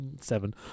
seven